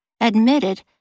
admitted